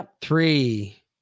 three